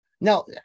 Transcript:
now